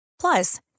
Plus